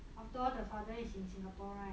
after all the father is in singapore right